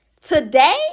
Today